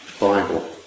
Bible